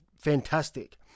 fantastic